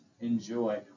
enjoy